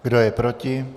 Kdo je proti?